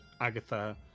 Agatha